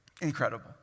incredible